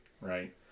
Right